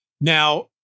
Now